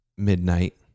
Midnight